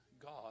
God